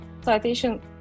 citation